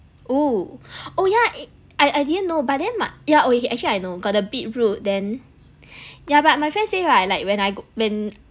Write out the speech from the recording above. oo oh yeah I I didn't know but then my~ yeah actually I know got the beetroot then yeah but my friend say right like when I go when